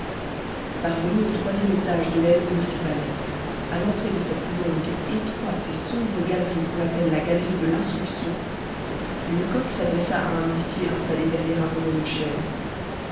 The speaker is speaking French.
parvenu au troisième étage de l'aile gauche du palais à l'entrée de cette longue étroite et sombre galerie qu'on appelle la galerie de l'instruction lecoq s'adressa à un huissier installé derrière un bureau de chêne